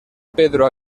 pedro